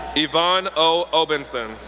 yvonne o. obenson,